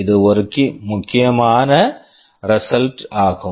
இது ஒரு முக்கியமான ரிசல்ட் result ஆகும்